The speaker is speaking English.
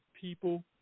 people